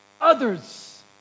others